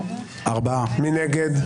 מי נמנע?